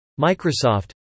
Microsoft